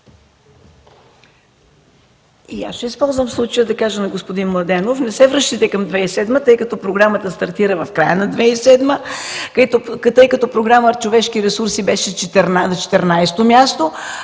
И аз ще използвам случая да кажа на господин Младенов: не се връщайте към 2007 г., тъй като програмата стартира в края на 2007 г., тъй като Програма „Човешки ресурси” беше на 14-то място,